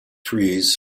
trees